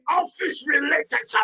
office-related